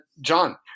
john